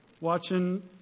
Watching